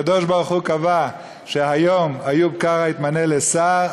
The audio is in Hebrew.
הקדוש-ברוך-הוא קבע שהיום איוב קרא יתמנה לשר,